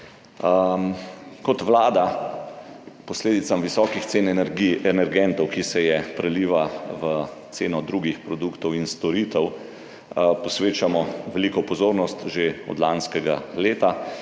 Kot Vlada posledicam visokih cen energentov, ki se prelivajo v ceno drugih produktov in storitev, posvečamo veliko pozornosti že od lanskega leta